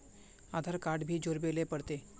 आधार card भी जोरबे ले पड़ते?